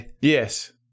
Yes